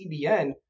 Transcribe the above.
CBN